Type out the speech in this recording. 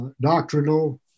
doctrinal